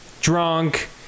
drunk